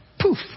Poof